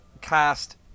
cast